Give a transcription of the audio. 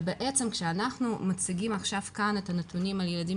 ובעצם כשאנחנו מציגים עכשיו כאן את הנתונים על ילדים